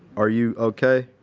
are you okay?